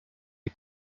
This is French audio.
les